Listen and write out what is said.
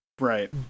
right